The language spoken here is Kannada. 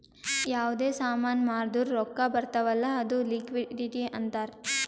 ಯಾವ್ದೇ ಸಾಮಾನ್ ಮಾರ್ದುರ್ ರೊಕ್ಕಾ ಬರ್ತಾವ್ ಅಲ್ಲ ಅದು ಲಿಕ್ವಿಡಿಟಿ ಅಂತಾರ್